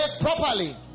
properly